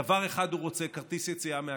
דבר אחד הוא רוצה: כרטיס יציאה מהכלא.